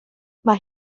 mae